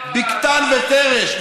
"בגתן ותרש"